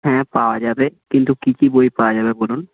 হ্যাঁ পাওয়া যাবে কিন্তু কী কী বই পাওয়া যাবে বলুন